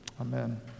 Amen